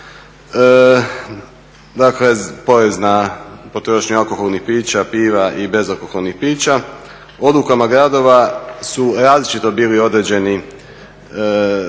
dakle porez na potrošnju alkoholnih pića, piva i bezalkoholnih pića. Odlukama gradova su različito bili određeni rokovi